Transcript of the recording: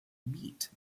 meat